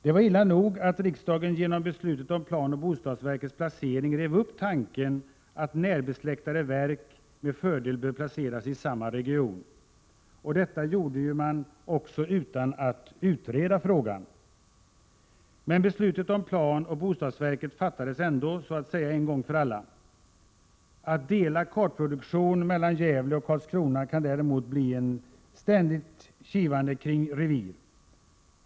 Det var illa nog att riksdagen genom beslutet om planoch bostadsverkets placering rev upp tanken att närbesläktade verk med fördel bör placeras i samma region. Det gjorde man utan att utreda frågan. Men beslutet om planoch bostadsverket fattades ändå så att säga en gång för alla. Att dela kartproduktionen mellan Gävle och Karlskrona kan däremot få till följd ett ständigt kivande om revir.